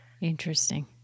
Interesting